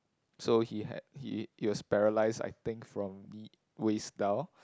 so he had he he was paralyzed I think from the waist down